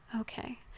okay